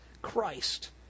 Christ